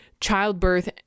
childbirth